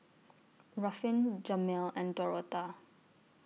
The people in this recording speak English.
Ruffin Jameel and Dorotha